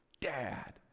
dad